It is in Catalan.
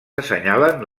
assenyalen